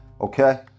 Okay